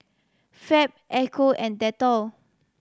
Fab Ecco and Dettol